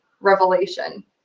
Revelation